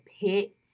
pit